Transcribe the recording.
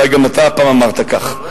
אולי גם אתה פעם אמרת כך.